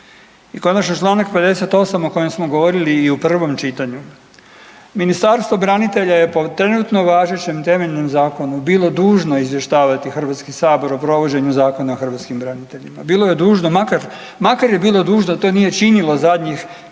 I konačno članak 58. o kojem smo govorili i u prvom čitanju. Ministarstvo branitelja je po trenutno važećem temeljnom Zakonu bilo dužno izvještavati Hrvatski sabor o provođenju Zakona o hrvatskim braniteljima. Bilo je dužno, makar je bilo dužno to nije činilo zadnjih